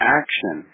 action